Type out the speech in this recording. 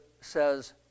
says